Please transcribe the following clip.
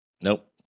Nope